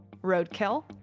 Roadkill